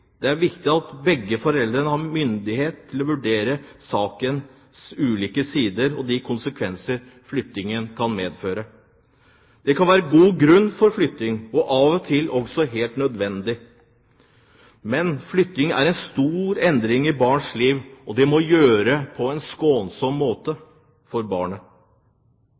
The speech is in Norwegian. Det er viktig at begge foreldrene har myndighet til å vurdere sakens ulike sider og de konsekvenser flyttingen kan medføre. Det kan være gode grunner for å flytte, og av og til er det også helt nødvendig. Men flytting er en stor endring i et barns liv, og det må gjøres på en skånsom måte for barnet.